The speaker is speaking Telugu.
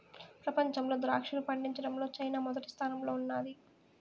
ప్రపంచంలో ద్రాక్షను పండించడంలో చైనా మొదటి స్థానంలో ఉన్నాది